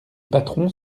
patron